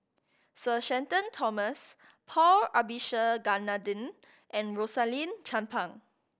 Sir Shenton Thomas Paul Abisheganaden and Rosaline Chan Pang